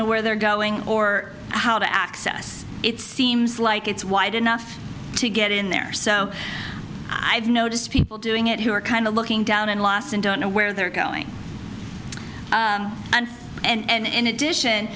know where they're going or how to access it seems like it's wide enough to get in there so i've noticed people doing it who are kind of looking down and lost and don't know where they're going and in addition